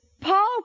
Paul